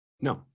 No